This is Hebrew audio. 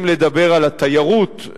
אם לדבר על התיירות,